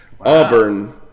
Auburn